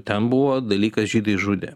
ten buvo dalykas žydai žudė